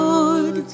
Lord